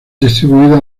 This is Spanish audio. distribuidos